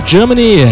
Germany